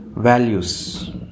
Values